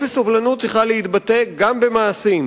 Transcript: מדיניות של אפס סובלנות צריכה להתבטא גם במעשים.